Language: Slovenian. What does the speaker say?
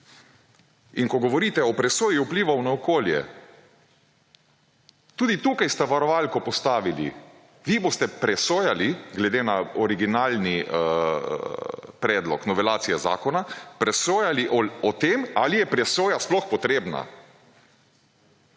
In ko govorite o presoji vplivov na okolje, tudi tukaj sta varovalko postavili. Vi boste presojali, glede na originalni predlog novelacije zakona presojali o tem ali je presoja sploh potrebna.